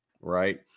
right